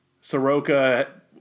Soroka